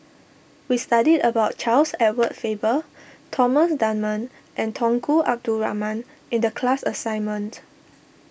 we studied about Charles Edward Faber Thomas Dunman and Tunku Abdul Rahman in the class assignment